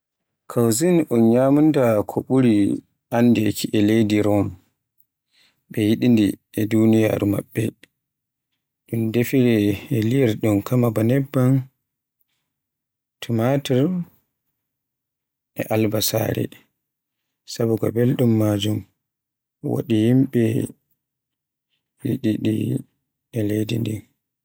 Cuisine un nyamunda ko ɓuri anndeki e leydi Rome, be yiɗi ndi e duniyaaru maɓɓe, un defirde e liyorɗum kamaa ba nebban, tumatur, e albasare, saboga belɗum maajun waɗi yimɓe yiɗi ndi e leydi ndin.